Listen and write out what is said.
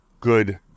good